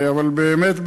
אבל באמת,